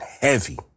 Heavy